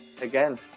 again